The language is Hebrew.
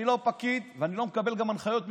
אני לא פקיד, ואני גם לא מקבל הנחיות מפקידים.